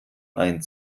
ein